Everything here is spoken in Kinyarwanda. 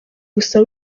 gusa